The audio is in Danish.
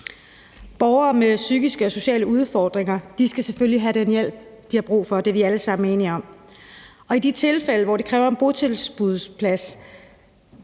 Borgere med psykiske og sociale udfordringer skal selvfølgelig have den hjælp, de har brug for. Det er vi alle sammen enige om. Og i de tilfælde, hvor det kræver en botilbudsplads,